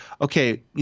okay